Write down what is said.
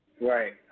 Right